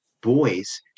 boys